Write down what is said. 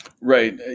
Right